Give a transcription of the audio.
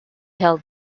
held